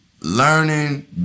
learning